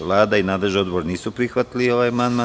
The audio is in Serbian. Vlada i nadležni odbor nisu prihvatili ovaj amandman.